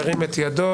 ירים את ידו?